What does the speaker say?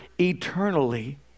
eternally